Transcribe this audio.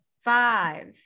five